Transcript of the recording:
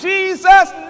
Jesus